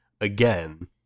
again